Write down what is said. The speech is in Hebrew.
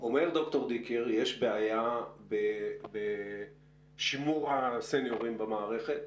אומר ד"ר דיקר, יש בעיה בשימור הסניורים במערכת.